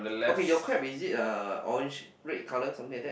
okay your crab is it a orange red color something like that